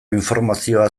informazioa